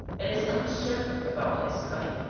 it is uncertain about his coming.